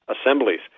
assemblies